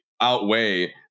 outweigh